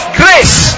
grace